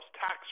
tax